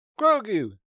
Grogu